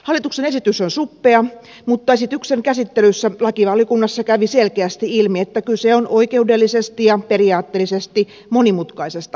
hallituksen esitys on suppea mutta esityksen käsittelyssä lakivaliokunnassa kävi selkeästi ilmi että kyse on oikeudellisesti ja periaatteellisesti monimutkaisesta asiakokonaisuudesta